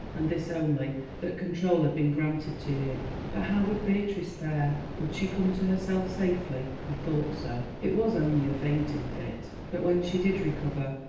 and this only that control had been granted to him. but how would beatrice fare? would she come to herself safely? he thought so, it was only a fainting fit. but when she did recover,